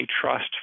trust